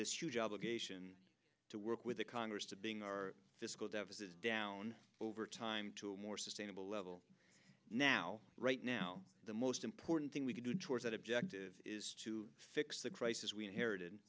this huge obligation to work with the congress to being our fiscal deficit down over time to a more sustainable level now right now the most important thing we can do towards that objective is to fix the crisis we inherited